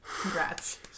Congrats